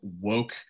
woke